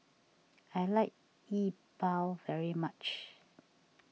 I like Yi Bua very much